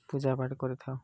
ପୂଜା ପାଠ କରିଥାଉ